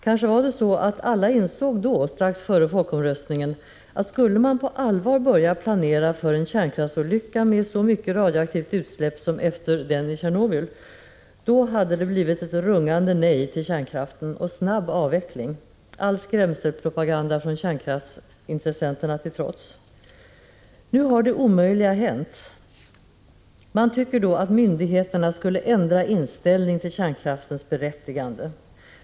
Kanske var det så, att alla strax före folkomröstningen insåg att om man på allvar skulle börja planera för en kärnkraftsolycka med så stora radioaktiva utsläpp som efter olyckan i Tjernobyl, hade det blivit ett rungande nej till kärnkraften och en snabb avveckling — all skrämselpropaganda från kärnkraftsintressenterna till trots. Nu har det omöjliga hänt. Man tycker då att myndigheterna skulle ändra inställning till kärnkraftens berättigande.